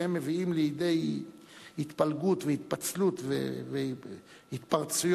שהם מביאים לידי התפלגות והתפצלות והתפרצויות